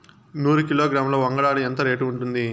నూరు కిలోగ్రాముల వంగడాలు ఎంత రేటు ఉంటుంది?